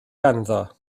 ganddo